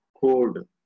code